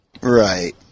Right